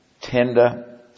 tender